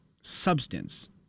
substance